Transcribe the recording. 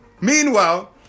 Meanwhile